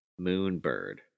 Moonbird